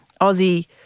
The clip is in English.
Aussie